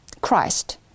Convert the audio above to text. Christ